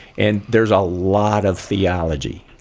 and there's a lot of theology